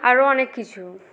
আরও অনেক কিছু